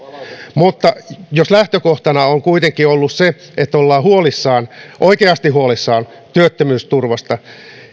mutta jos lähtökohtana on kuitenkin ollut se että ollaan oikeasti huolissaan työttömyysturvasta